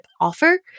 offer